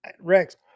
Rex